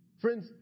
Friends